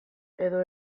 edo